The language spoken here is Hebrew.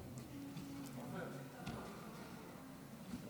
כנסת נכבדה,